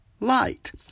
light